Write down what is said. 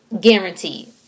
Guaranteed